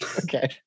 Okay